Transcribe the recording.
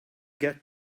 get